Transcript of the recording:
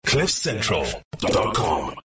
cliffcentral.com